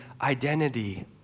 identity